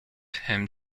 him